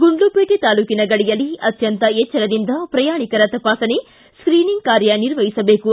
ಗುಂಡ್ಲುಪೇಟೆ ತಾಲೂಕಿನ ಗಡಿಯಲ್ಲಿ ಅತ್ಯಂತ ಎಚ್ವರದಿಂದ ಪ್ರಯಾಣಿಕರ ತಪಾಸಣೆ ಸ್ತೀನಿಂಗ್ ಕಾರ್ಯ ನಿರ್ವಹಿಸಬೇಕು